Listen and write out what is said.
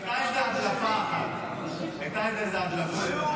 הייתה איזה הדלפה אחת.